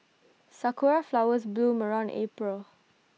Sakura Flowers bloom around April